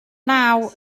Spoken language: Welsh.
naw